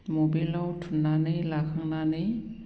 मबेलाव थुनानै लाखांनानै